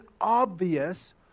obvious